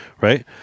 right